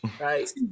Right